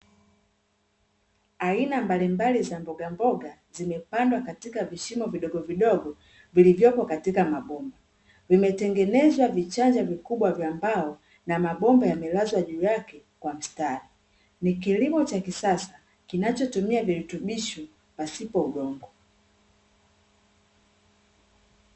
Aina mbalimbali za mboga mboga zimepandwa katika vishimo vidogo vidogo, vilivyopo katika mabomba. Vimetengenezwa vichanja vikubwa vya mbao na mabomba yamelazwa juu yake kwa mstari. Ni kilimo cha kisasa kinachotumia virutubisho pasipo udongo.